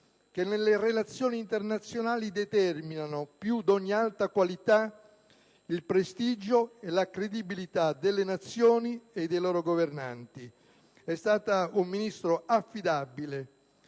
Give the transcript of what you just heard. che nelle relazioni internazionali determinano, più di ogni altra qualità, il prestigio e la credibilità delle Nazioni e dei loro governanti. È stata un Ministro affidabile,